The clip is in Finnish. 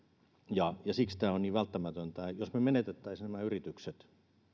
siksi tämä on niin välttämätöntä jos me menettäisimme nämä yritykset